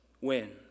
win